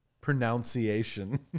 Pronunciation